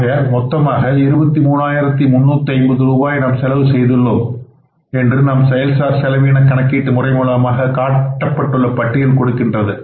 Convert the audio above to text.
ஆகையால் மொத்தமாக 23350 ரூபாய் நாம் செலவு செய்துள்ளோம் என்று நம் செயல் சார் செலவு என கணக்கீட்டு முறை மூலமாக காட்டப்பட்டுள்ள பட்டியல் கொடுக்கின்றது